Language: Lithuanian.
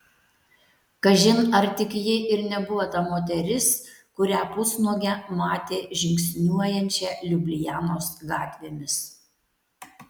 kažin ar tik ji ir nebuvo ta moteris kurią pusnuogę matė žingsniuojančią liublianos gatvėmis